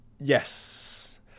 Yes